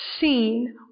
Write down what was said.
seen